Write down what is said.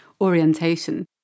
orientation